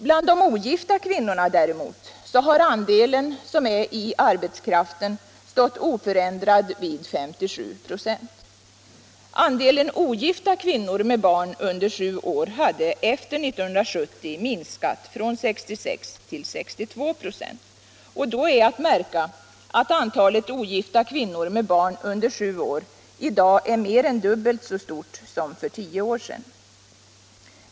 Bland de ogifta kvinnorna däremot har andelen som är i arbetskraften stått oförändrad vid 57 96. Andelen ogifta kvinnor med barn under sju år har sedan 1970 minskat från 66 till 62 96. Då är att märka att antalet ogifta kvinnor med barn under sju år i dag är mer än dubbelt så stort som för tio år sedan.